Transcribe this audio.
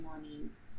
mornings